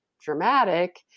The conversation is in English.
dramatic